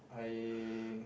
I